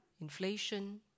Inflation